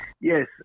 Yes